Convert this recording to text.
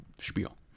spiel